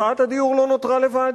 מחאת הדיור לא נותרה לבד,